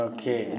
Okay